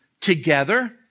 together